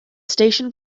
station